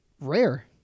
rare